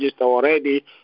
already